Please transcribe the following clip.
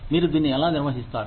మీరు దీన్ని ఎలా నిర్వహిస్తారు